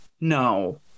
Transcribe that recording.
No